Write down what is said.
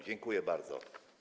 Dziękuję bardzo.